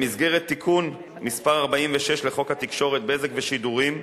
במסגרת תיקון מס' 46 לחוק התקשורת (בזק ושידורים),